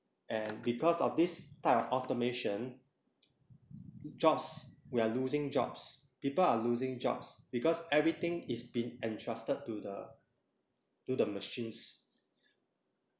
and because of this type of automation jobs we are losing jobs people are losing jobs because everything is been entrusted to the to the machines